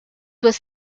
was